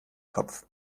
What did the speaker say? kopf